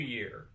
Year